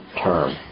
term